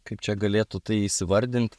kaip čia galėtų tai įsivardint